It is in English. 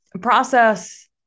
process